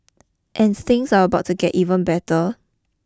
and things are about to get even better